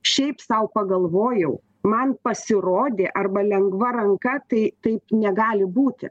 šiaip sau pagalvojau man pasirodė arba lengva ranka tai taip negali būti